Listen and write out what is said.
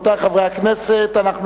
אני קובע שהצעת חוק